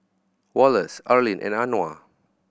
Wallace Arleen and Anwar